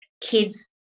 kids